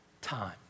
time